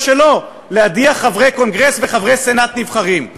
שלהם להדיח חברי קונגרס וחברי סנאט נבחרים.